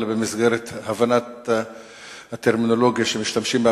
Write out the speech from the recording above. אלא במסגרת הבנת הטרמינולוגיה שמשתמשים בה,